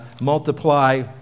multiply